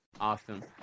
Awesome